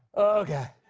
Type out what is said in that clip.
okay.